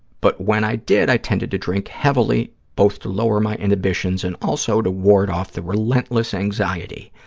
but when i did i tended to drink heavily, both to lower my inhibitions and also to ward off the relentless anxiety.